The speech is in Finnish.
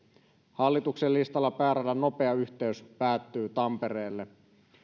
hallituksen listalla pääradan nopea yhteys päättyy tampereelle